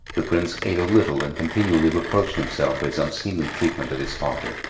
the prince ate a little and continually reproached himself for his unseemly treatment of his father,